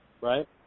right